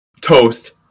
Toast